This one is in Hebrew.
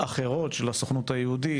אחרות של הסוכנות היהודית,